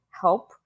help